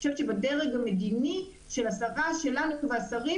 אני חושבת שבדרג המדיני של השרה שלנו והשרים